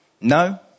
No